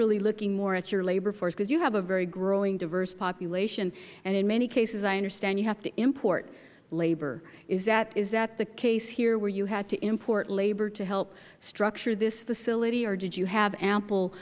really looking more at your labor force because you have a very growing diverse population and in many cases i understand you have to import labor is that the case here where you had to import labor to help structure this facility or did you have a